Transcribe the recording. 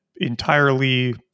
entirely